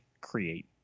create